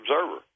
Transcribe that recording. Observer